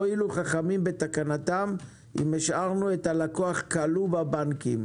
אם השארנו את הלקוח כלוא בבנקים?